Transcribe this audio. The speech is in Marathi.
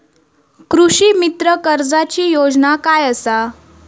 कृषीमित्र कर्जाची योजना काय असा?